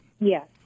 Yes